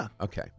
Okay